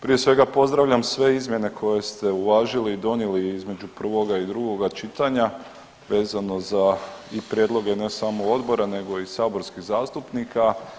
Prije svega pozdravljam sve izmjene koje ste uvažili i donijeli između prvoga i drugoga čitanja vezano za i prijedloge ne samo odbora, nego i saborskih zastupnika.